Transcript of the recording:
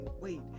wait